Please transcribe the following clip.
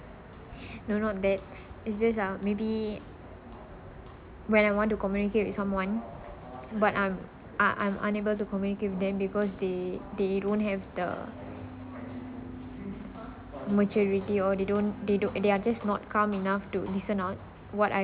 no not that it's just ah maybe when I want to communicate with someone but I'm I I'm unable to communicate with them because they they don't have the maturity or they don't they don't they're just not calm enough to listen not what I